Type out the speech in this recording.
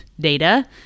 data